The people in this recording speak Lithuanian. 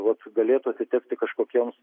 vat galėtų atitekti kažkokiems